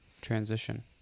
transition